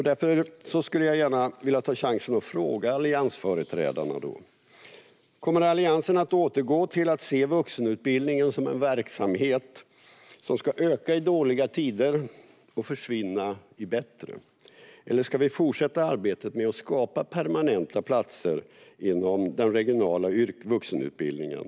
Därför vill jag ta chansen att fråga alliansföreträdarna: Kommer Alliansen att återgå till att se vuxenutbildningen som en verksamhet som ska öka i dåliga tider och försvinna i bättre? Eller ska vi fortsätta arbetet med att skapa permanenta platser inom den regionala vuxenutbildningen?